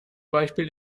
beispiel